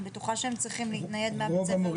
אני בטוחה שהם צריכים להתנייד מבית הספר הישן.